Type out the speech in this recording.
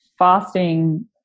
Fasting